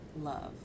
love